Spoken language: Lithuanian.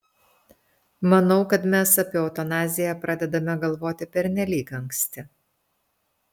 manau kad mes apie eutanaziją pradedame galvoti pernelyg anksti